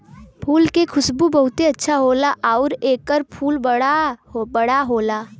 फूल के खुशबू बहुते अच्छा होला आउर एकर फूल बड़ा बड़ा होला